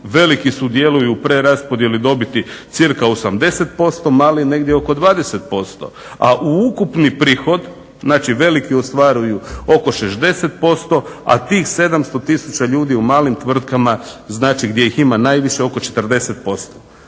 veliki su dijelovi u preraspodijeli dobiti cca 80%, mali negdje oko 20%, a ukupni prihod znači veliki ostvaruju oko 60% a tih 700 tisuća u malim tvrtkama gdje ih ima najviše oko 40%.